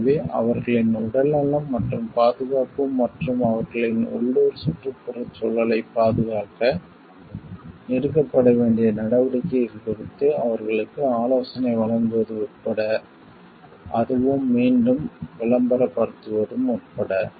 எனவே அவர்களின் உடல்நலம் மற்றும் பாதுகாப்பு மற்றும் அவர்களின் உள்ளூர் சுற்றுச்சூழலைப் பாதுகாக்க எடுக்கப்பட வேண்டிய நடவடிக்கைகள் குறித்து அவர்களுக்கு ஆலோசனை வழங்குவது உட்பட அதுவும் மீண்டும் விளம்பரப்படுத்துவதும் உட்பட